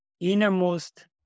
innermost